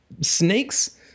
snakes